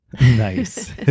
Nice